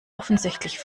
offensichtlich